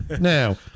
now